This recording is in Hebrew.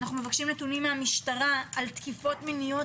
אנו מבקשים נתונים מהמשטרה על תקיפות מיניות